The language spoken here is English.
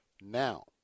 Now